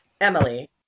Emily